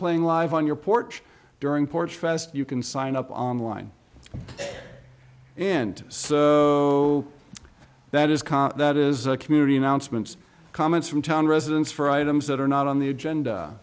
playing live on your porch during porch fest you can sign up online and that is com that is a community announcements comments from town residents for items that are not on the